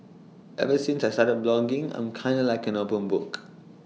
ever since I've started blogging I'm kinda like an open book